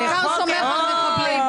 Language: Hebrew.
הוא בעיקר שומר על מחבלים.